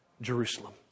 Jerusalem